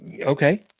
okay